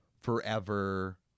forever